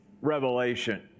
Revelation